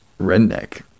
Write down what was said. redneck